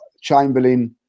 Chamberlain